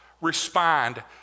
respond